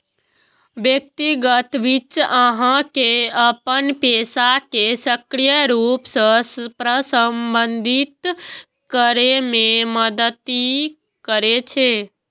व्यक्तिगत वित्त अहां के अपन पैसा कें सक्रिय रूप सं प्रबंधित करै मे मदति करै छै